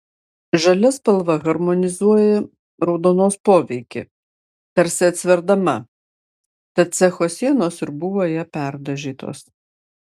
žalia spalva harmonizuoja raudonos poveikį tarsi atsverdama tad cecho sienos ir buvo ja perdažytos